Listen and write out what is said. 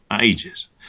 ages